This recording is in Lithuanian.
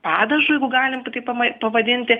padažu jeigu galim taip pavadinti